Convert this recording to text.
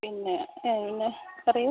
പിന്നെ പിന്നെ പറയൂ